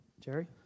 jerry